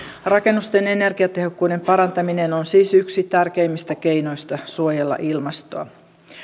rakennusten energiatehokkuuden parantaminen on siis yksi tärkeimmistä keinoista suojella ilmastoa